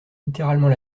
littéralement